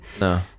No